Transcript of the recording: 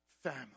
Family